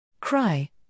Cry